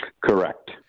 Correct